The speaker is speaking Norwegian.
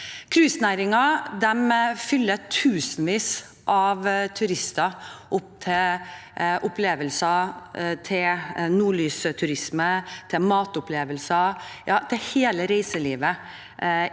Cruisenæringen bringer tusenvis av turister opp til opplevelser, f.eks. nordlysturisme og matopplevelser, og til hele reiselivet